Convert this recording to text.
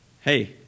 Hey